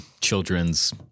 children's